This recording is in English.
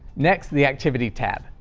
next, the activity tab.